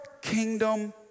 kingdom